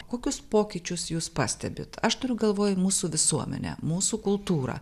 kokius pokyčius jūs pastebit aš turiu galvoj mūsų visuomenę mūsų kultūrą